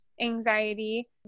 anxiety